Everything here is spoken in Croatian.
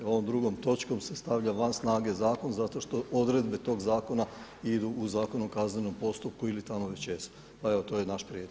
Ovom drugom točkom se stavlja van snage zakon zato što odredbe tog zakona idu u Zakonu o kaznenom postupku ili tamo već jesu, pa evo to je naš prijedlog.